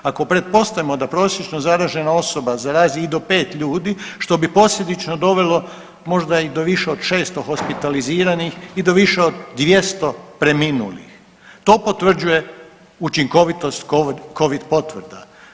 Ako pretpostavimo da prosječno zaražena osoba zarazi i do pet ljudi što bi posljedično dovelo možda i do više od 600 hospitaliziranih i do više od 200 preminulih, to potvrđuje učinkovitost covid potvrda.